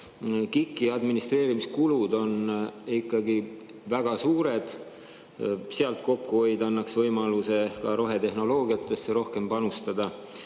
KIK-i administreerimiskulud on ikkagi väga suured. Sealt kokkuhoid annaks võimaluse ka rohetehnoloogiasse rohkem panustada. Nii